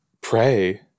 Pray